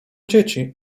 dzieci